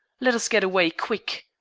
let us get away, quick.